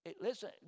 Listen